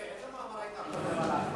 אורי, איזה מאמר היית כותב על ההקפאה,